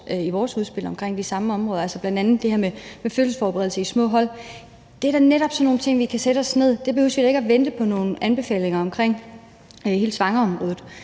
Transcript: kom med udspil til, altså de samme områder, bl.a. det her med fødselsforberedelse i små hold. Det er da netop sådan nogle ting, vi kan sætte os ned og snakke om, for det behøver vi da ikke at vente på nogle anbefalinger om på hele svangreområdet.